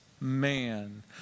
man